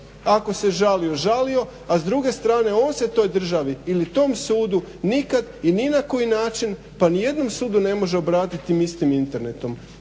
ako se žalio žalio, a s druge strane on se toj državi ili tom sudu nikad i ni na koji način pa nijednom sudu ne može obratiti tim istim internetom.